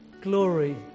glory